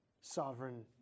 sovereign